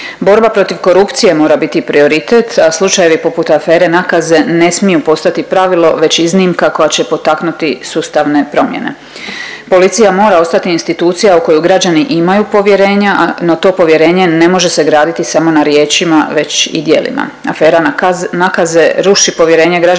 Borba protiv korupcije mora biti prioritet, a slučajevi poput afere nakaze ne smiju postati pravilo već iznimka koja će potaknuti sustavne promjene. Policija mora ostati institucija u koju građani imaju povjerenja, no to povjerenje ne može se graditi samo na riječima, već i djelima. Afera nakaze ruši povjerenje građana u